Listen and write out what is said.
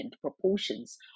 proportions